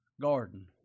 garden